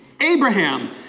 Abraham